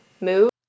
move